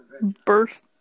birth